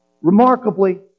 remarkably